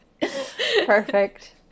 Perfect